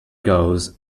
goes